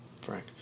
Frank